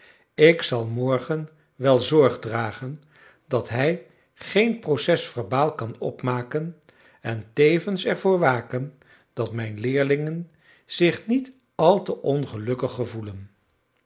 ik zal morgen wel zorg dragen dat hij geen proces-verbaal kan opmaken en tevens er voor waken dat mijn leerlingen zich niet al te ongelukkig gevoelen